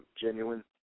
genuine